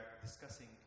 discussing